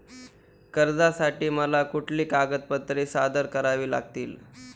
कर्जासाठी मला कुठली कागदपत्रे सादर करावी लागतील?